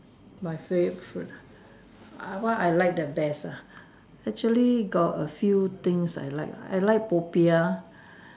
my favourite food what I like the best ah actually got a few things I like lah I like popiah